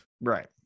right